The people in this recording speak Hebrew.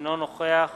אינו נוכח